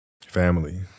Family